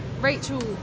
Rachel